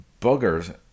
Boogers